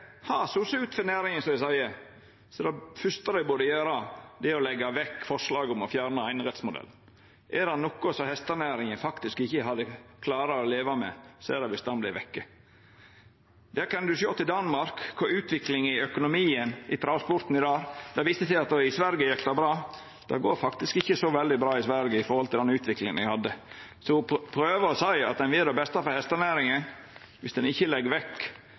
for næringa som dei seier, er det fyrste dei burde gjera, å leggja vekk forslaget om å fjerna einerettsmodellen. Er det noko hestenæringa faktisk ikkje hadde klart å leva med, er det om han vert vekk. Ein kan sjå til Danmark og utviklinga i økonomien i travsporten i dag. Ein viste til at det gjekk bra i Sverige. Det går faktisk ikkje så veldig bra i Sverige i forhold til den utviklinga dei hadde. Så å seia at ein vil det beste for hestenæringa, om ein ikkje legg vekk